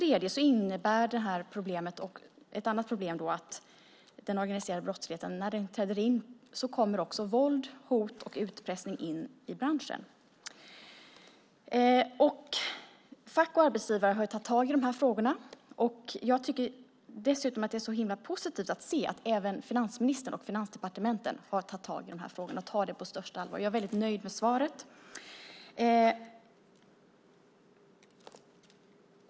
Ett annat problem är att när den organiserade brottsligheten träder in kommer också våld, hot och utpressning in i branschen. Fack och arbetsgivare har ju tagit tag i de här frågorna. Jag tycker dessutom att det är så himla positivt att se att även finansministern och Finansdepartementet har tagit tag i de här frågorna och tar dem på största allvar. Jag är väldigt nöjd med svaret.